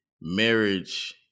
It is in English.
marriage